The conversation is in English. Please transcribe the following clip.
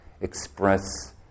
express